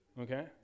okay